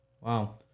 wow